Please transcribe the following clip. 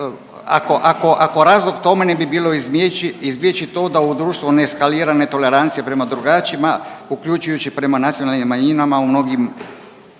ako razlog tome ne bi bilo izbjeći to da u društvu ne eskalira netolerancija prema drugačijima, uključujući prema nacionalnim manjinama u mnogim